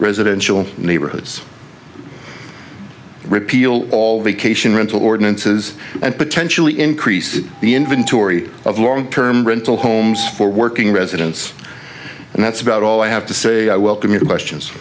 residential neighborhoods repeal all vacation rental ordinances and potentially increase the inventory of long term rental homes for working residents and that's about all i have to say i welcome your questions